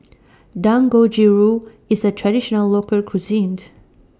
Dangojiru IS A Traditional Local Cuisine